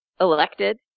elected